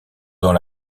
dans